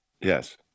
Yes